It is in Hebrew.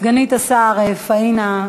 סגנית השר פאינה,